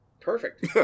Perfect